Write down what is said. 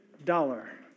dollar